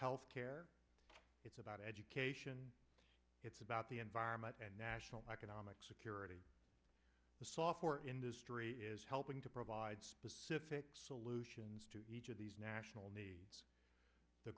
health care it's about education it's about the environment and national economic security the software industry is helping to provide specific solutions to these national needs the